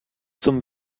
zum